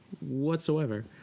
whatsoever